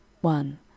one